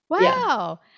Wow